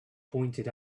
pointed